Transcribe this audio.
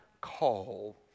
call